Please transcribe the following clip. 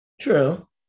True